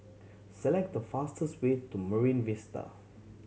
select the fastest way to Marine Vista